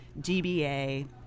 DBA